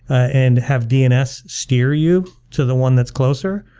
and have dns steer you to the one that's closer,